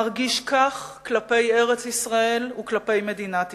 מרגיש כך כלפי ארץ-ישראל וכלפי מדינת ישראל.